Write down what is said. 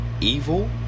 evil